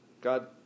God